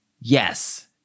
Yes